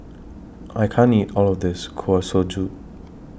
I can't eat All of This Kuih Suji